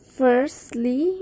firstly